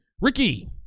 Ricky